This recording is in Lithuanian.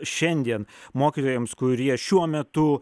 šiandien mokytojams kurie šiuo metu